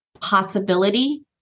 possibility